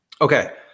Okay